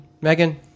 Megan